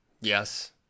Yes